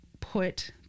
put